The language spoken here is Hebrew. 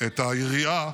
את היריעה